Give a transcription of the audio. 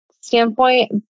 standpoint